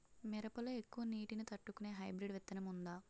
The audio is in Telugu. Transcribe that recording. మిరప లో ఎక్కువ నీటి ని తట్టుకునే హైబ్రిడ్ విత్తనం వుందా?